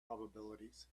probabilities